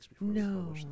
No